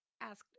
asked